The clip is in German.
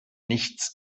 nichts